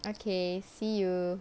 okay see you